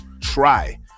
try